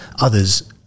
Others